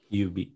UB